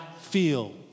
feel